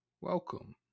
Welcome